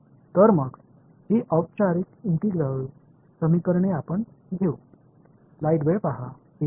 तर मग ही औपचारिक इंटिग्रल समीकरणे आपण घेऊ